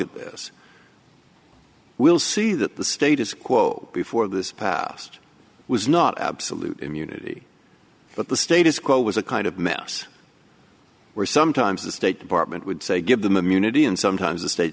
at this we'll see that the status quo before this passed was not absolute immunity but the status quo was a kind of mess where sometimes the state department would say give them immunity and sometimes the state